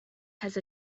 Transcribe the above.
has